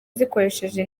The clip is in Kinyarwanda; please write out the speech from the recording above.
zikoresheje